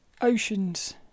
oceans